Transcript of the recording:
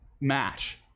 match